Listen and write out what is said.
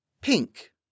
Pink